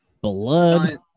blood